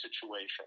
situation